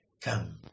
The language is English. Come